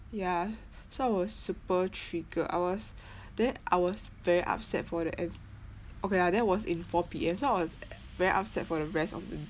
ya so I was super triggered I was then I was very upset for the en~ okay lah that was in four P_M so I was very upset for the rest of the